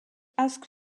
asks